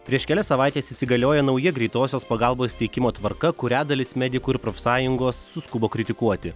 prieš kelias savaites įsigaliojo nauja greitosios pagalbos teikimo tvarka kurią dalis medikų ir profsąjungos suskubo kritikuoti